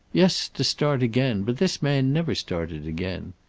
yes, to start again. but this man never started again.